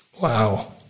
Wow